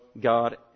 God